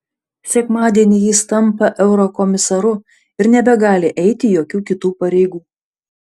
sekmadienį jis tampa eurokomisaru ir nebegali eiti jokių kitų pareigų